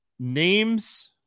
names